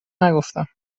نگفتم